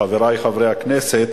חבר הכנסת